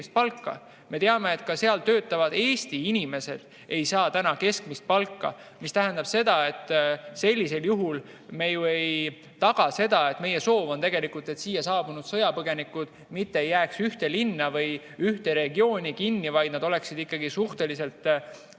Me teame, et ka seal töötavad Eesti inimesed ei saa praegu keskmist palka. See tähendab seda, et sellisel juhul me ju ei taga seda. Meie soov on, et siia saabunud sõjapõgenikud mitte ei jääks ühte linna või ühte regiooni kinni, vaid nad oleksid ikkagi suhteliselt